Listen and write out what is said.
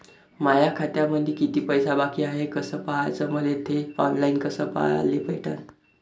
माया खात्यामंधी किती पैसा बाकी हाय कस पाह्याच, मले थे ऑनलाईन कस पाह्याले भेटन?